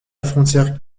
frontière